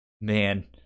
man